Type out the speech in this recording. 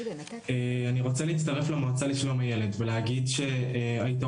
אני רוצה להצטרף למועצה לשלום הילד ולהגיד שהיתרון